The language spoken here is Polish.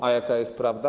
A jaka jest prawda?